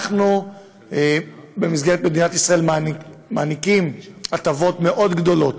אנחנו במדינת ישראל מעניקים הטבות מאוד גדולות